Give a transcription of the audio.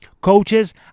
coaches